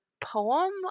poem